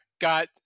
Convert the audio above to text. got